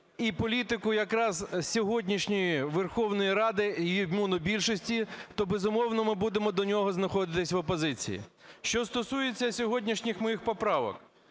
і політику якраз сьогоднішньої Верховної Ради і монобільшості, то, безумовно, ми будемо до нього знаходитися в опозиції. Що стосується сьогоднішніх моїх поправок.